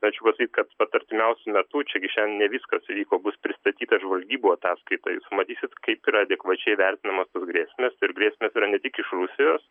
norėčiau pasakyt kad vat artimiausiu metu čia gi šiandien ne viskas įvyko bus pristatyta žvalgybų ataskaita tai jūs matysit kaip yra adekvačiai vertinamos tos grėsmės ir grėsmės yra ne tik iš rusijos